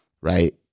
right